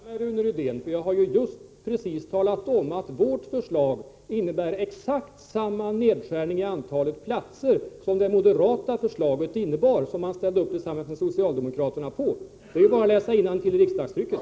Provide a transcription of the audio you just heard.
Herr talman! Nu förvånar mig Rune Rydén, för jag har precis talat om att vårt förslag innebar exakt samma nedskärning av antalet platser som det förslag som moderaterna ställde upp på tillsammans med socialdemokraterna. Det är bara att läsa innantill i riksdagstrycket.